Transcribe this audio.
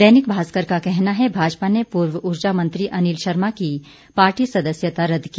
दैनिक भास्कर का कहना है भाजपा ने पूर्व ऊर्जा मंत्री अनिल शर्मा की पार्टी सदस्यता रद्द की